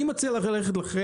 אני מציע לכם,